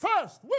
First